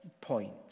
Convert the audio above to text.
point